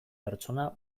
pertsona